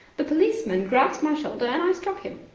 the policeman grasped my shoulder, and i struck him.